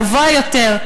גבוה יותר?